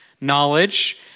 Knowledge